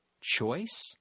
choice